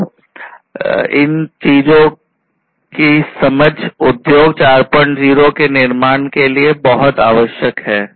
तो इन चीजें की समझ उद्योग 40 का निर्माण के लिये बहुत आवश्यक हैं